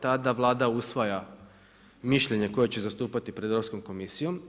Tada Vlada usvaja mišljenje koje će zastupati pred Europskom komisijom.